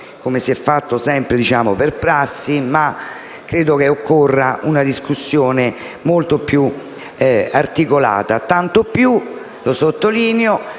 Grazie,